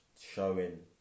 showing